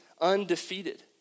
undefeated